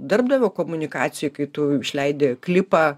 darbdavio komunikacijoj kai tu išleidi klipą